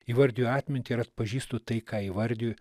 įvardiju atmintį ir atpažįstu tai ką įvardiju